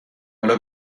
حالا